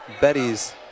Betty's